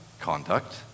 conduct